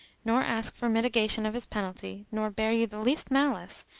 nor ask for mitigation of his penalty, nor bear you the least malice,